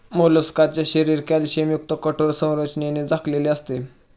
मोलस्काचे शरीर कॅल्शियमयुक्त कठोर संरचनेने झाकलेले असते